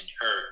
hurt